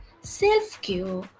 self-care